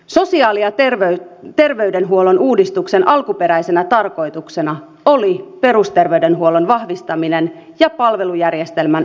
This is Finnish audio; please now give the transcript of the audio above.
sosiaali ja terveydenhuollon uudistuksen alkuperäisenä tarkoituksena oli perusterveydenhuollon vahvistaminen ja palvelujärjestelmän yhtenäistäminen